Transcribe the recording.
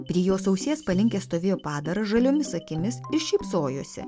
prie jos ausies palinkęs stovėjo padaras žaliomis akimis ir šypsojosi